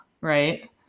right